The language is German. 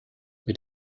mit